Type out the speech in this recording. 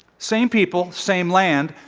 same people, same land,